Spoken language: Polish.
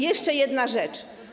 Jeszcze jedna rzecz.